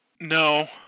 No